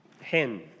hen